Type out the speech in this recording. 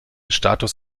status